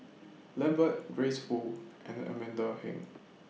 Lambert Grace Fu and Amanda Heng